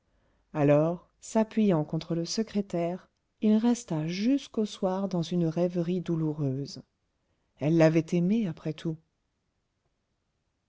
alors s'appuyant contre le secrétaire il resta jusqu'au soir perdu dans une rêverie douloureuse elle l'avait aimé après tout